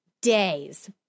days